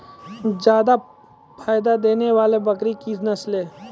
जादा फायदा देने वाले बकरी की नसले?